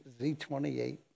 Z28